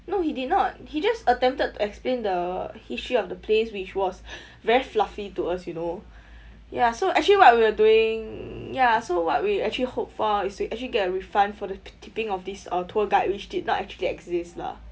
no he did not he just attempted to explain the history of the place which was very fluffy to us you know ya so actually what we're doing ya so what we actually hope for is to actually get a refund for the tipping of this uh tour guide which did not actually exist lah